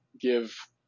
give